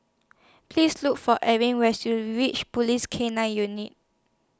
Please Look For Arie when YOU REACH Police K nine Unit